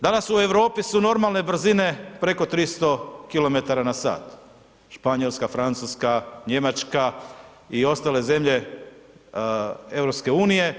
Danas u Europi su normalne brzine preko 300 km/h, Španjolska, Francuska, Njemačka i ostale zemlje EU.